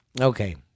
Okay